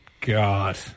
God